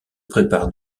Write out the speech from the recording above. préparent